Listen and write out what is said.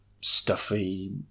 stuffy